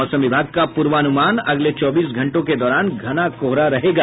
मौसम विभाग का पूर्वानुमान अगले चौबीस घंटों के दौरान घना कोहरा रहेगा